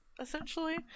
essentially